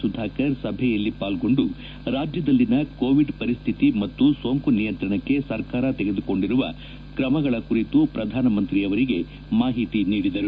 ಸುಧಾಕರ್ ಸಭೆಯಲ್ಲಿ ಪಾಲ್ಗೊಂಡು ರಾಜ್ಯದಲ್ಲಿನ ಕೋವಿಡ್ ಪರಿಸ್ಥಿತಿ ಮತ್ತು ಸೋಂಕು ನಿಯಂತ್ರಣಕ್ಕೆ ಸರ್ಕಾರ ತೆಗೆದುಕೊಂಡಿರುವ ಕ್ರಮಗಳ ಕುರಿತು ಪ್ರಧಾನಮಂತ್ರಿಯವರಿಗೆ ಮಾಹಿತಿ ನೀಡಿದರು